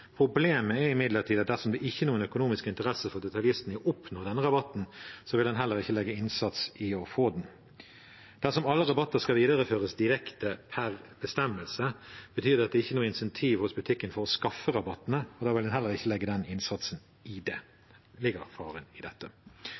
Problemet er imidlertid at dersom det ikke er noen økonomisk interesse for detaljisten i å oppnå denne rabatten, vil en heller ikke legge innsats i å få den. Dersom alle rabatter skal videreføres direkte per bestemmelse, betyr det at det ikke er noe insentiv hos butikken for å skaffe rabattene, og da vil en heller ikke legge den innsatsen i det. Der ligger faren i dette.